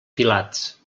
filats